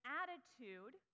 attitude